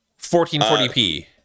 1440p